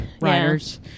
riders